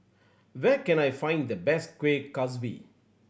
where can I find the best Kuih Kaswi